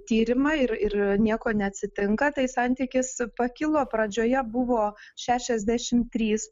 tyrimą ir ir nieko neatsitinka tai santykis pakilo pradžioje buvo šešiasdešimt trys